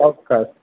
ચોક્કસ